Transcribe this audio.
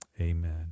Amen